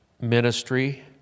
ministry